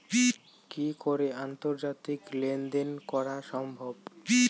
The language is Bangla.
কি করে আন্তর্জাতিক লেনদেন করা সম্ভব?